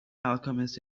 alchemist